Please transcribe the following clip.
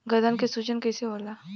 गर्दन के सूजन कईसे होला?